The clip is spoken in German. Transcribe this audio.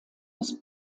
des